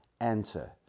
enter